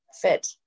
fit